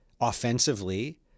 offensively